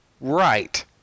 right